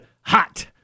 Hot